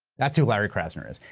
that's who larry krasner is.